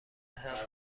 همپیمان